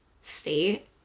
state